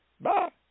bye